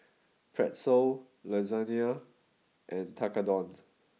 Pretzel Lasagne and Tekkadon